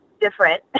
different